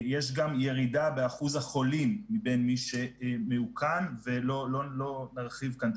יש גם ירידה באחוז החולים מבין מי שמאוכן ולא נרחיב כאן.